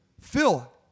Phil